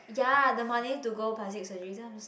ya the money to go plastic surgery then I'm just